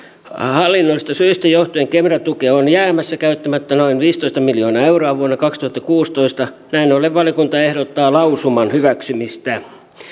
hallinnollisista syistä johtuen kemera tukea on jäämässä käyttämättä noin viisitoista miljoonaa euroa vuonna kaksituhattakuusitoista näin ollen valiokunta ehdottaa lausuman hyväksymistä